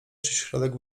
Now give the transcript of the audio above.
środek